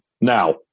now